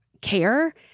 care